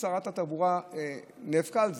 שרת התחבורה נאבקה על זה,